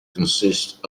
consist